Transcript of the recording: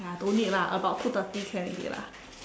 !aiya! don't need lah about two thirty can already lah